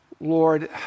Lord